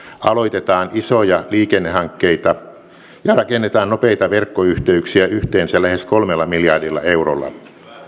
aloitetaan isoja liikennehankkeita ja rakennetaan nopeita verkkoyhteyksiä yhteensä lähes kolmella miljardilla eurolla